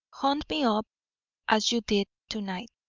hunt me up as you did to-night.